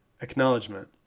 Acknowledgement